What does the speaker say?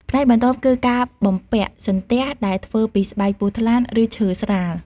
ផ្នែកបន្ទាប់ គឺការបំពាក់ សន្ទះ ដែលធ្វើពីស្បែកពស់ថ្លាន់ ឬឈើស្រាល។